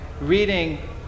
reading